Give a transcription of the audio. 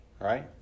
right